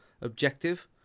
objective